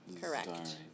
Correct